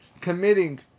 committing